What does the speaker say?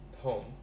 home